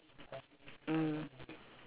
mm depending mm